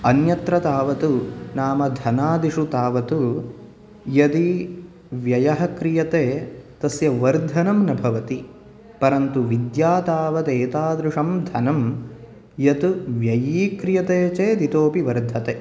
अन्यत्र तावत् नाम धनादिषु तावत् यदि व्ययः क्रियते तस्य वर्धनं न भवति परन्तु विद्या तावत् एतादृशं धनं यत् व्ययीक्रियते चेत् इतोऽपि वर्धते